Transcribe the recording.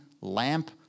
lamp